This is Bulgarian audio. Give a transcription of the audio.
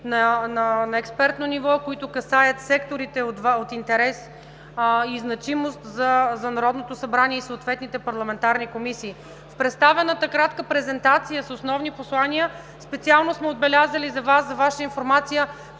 на експертно ниво, които касаят секторите от интерес и значимост за Народното събрание и съответните парламентарни комисии. В представената кратка презентация с основни послания специално сме отбелязали за Ваша информация